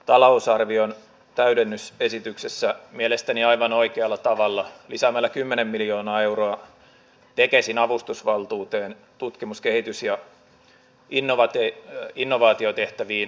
talousarvion täydennys esityksessä mielestäni aivan oikealla tavalla lisäämällä kymmenen miljoonaa euroa tekesin avustusvaltuuteen tutkimus kehitys ja innovaatio ja innovaatiotehtäviin